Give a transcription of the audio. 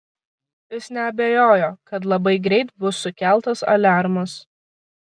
jis neabejojo kad labai greit bus sukeltas aliarmas